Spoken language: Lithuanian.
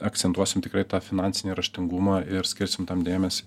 akcentuosim tikrai tą finansinį raštingumą ir skirsim tam dėmesį